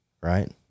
right